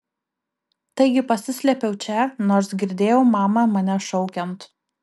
taigi pasislėpiau čia nors girdėjau mamą mane šaukiant